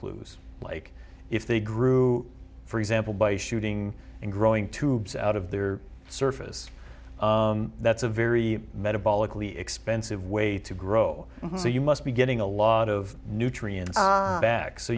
clues like if they grew for example by shooting and growing tubes out of the surface that's a very metabolically expensive way to grow so you must be getting a lot of nutrients back so